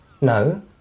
No